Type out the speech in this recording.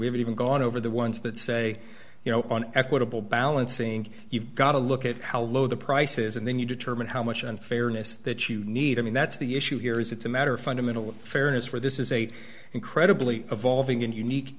we've even gone over the ones that say you know on equitable balancing you've got to look at how low the price is and then you determine how much unfairness that you need i mean that's the issue here is it's a matter of fundamental fairness for this is a incredibly evolving and unique